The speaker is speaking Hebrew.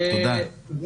יש